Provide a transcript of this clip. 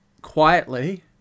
quietly